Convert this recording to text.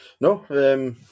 No